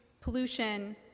pollution